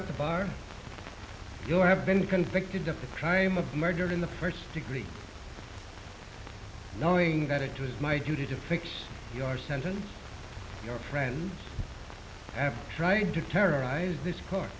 at the bar you have been convicted of the crime of murder in the first degree knowing that it was my duty to fix your sentence your friend after trying to terrorize this cour